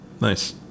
nice